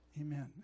Amen